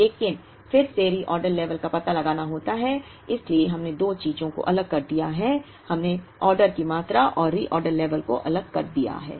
लेकिन फिर से रीऑर्डर लेवल का पता लगाना होता है इसलिए हमने दो चीजों को अलग कर दिया है हमने ऑर्डर की मात्रा और रीऑर्डर लेवल को अलग कर दिया है